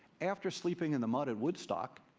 after sleeping in the mud at woodstock,